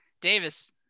Davis